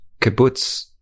kibbutz